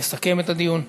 יסכם את הדיון.